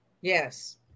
Yes